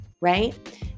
right